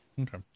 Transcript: Okay